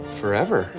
forever